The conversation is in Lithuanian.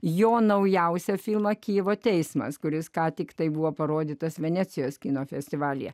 jo naujausią filmą kijevo teismas kuris ką tik tai buvo parodytas venecijos kino festivalyje